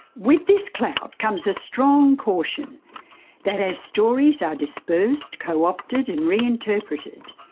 with this clout comes a strong caution that as stories are dispersed, co-opted and reinterpreted,